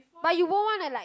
but you won't wanna like